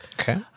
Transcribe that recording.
Okay